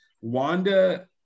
wanda